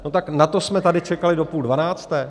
No tak na to jsme tady čekali do půl dvanácté?